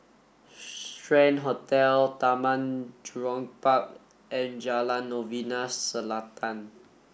Strand Hotel Taman Jurong Park and Jalan Novena Selatan